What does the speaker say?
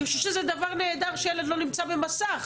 אני חושבת שזה דבר נהדר שהילד לא נמצא במסך.